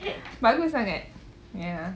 bagus sangat ya